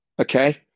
okay